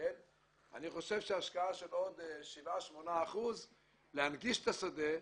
אני חושב שהשקעה של עוד 7% 8% להנגיש את השדה,